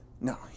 No